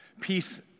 Peace